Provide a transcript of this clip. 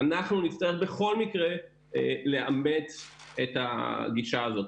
אנחנו נצטרך בכל מקרה לאמץ את הגישה הזו.